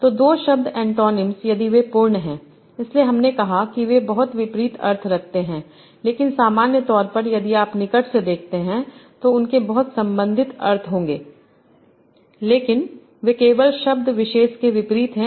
तो दो शब्द ऐन्टोनिम्स यदि वे पूर्ण हैं इसलिए हमने कहा कि वे बहुत विपरीत अर्थ रखते हैं लेकिन सामान्य तौर पर यदि आप निकट से देखते हैं तो उनके बहुत संबंधित अर्थ होंगे लेकिन वे केवल शब्द विशेष के विपरीत हैं